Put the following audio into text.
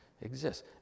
exists